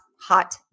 hot